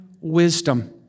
wisdom